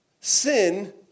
Sin